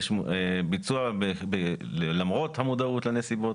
יש ביצוע למרות המודעות לנסיבות.